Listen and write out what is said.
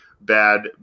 bad